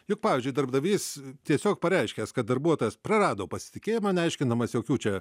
juk pavyzdžiui darbdavys tiesiog pareiškęs kad darbuotojas prarado pasitikėjimą neaiškindamas jokių čia